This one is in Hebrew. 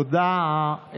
תודה.